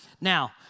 Now